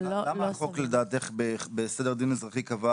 אז למה החוק לדעתך בסדר דין אזרחי קבע